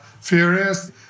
furious